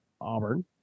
Auburn